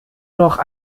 noch